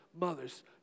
mothers